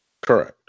Correct